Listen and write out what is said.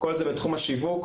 כל זה בתחום השיווק,